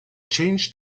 change